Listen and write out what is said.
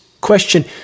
Question